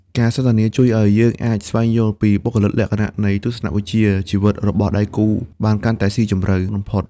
ការសន្ទនាជួយឱ្យយើងអាចស្វែងយល់ពីបុគ្គលិកលក្ខណៈ និងទស្សនវិជ្ជាជីវិតរបស់ដៃគូបានកាន់តែស៊ីជម្រៅបំផុត។